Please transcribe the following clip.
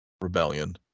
Rebellion